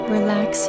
Relax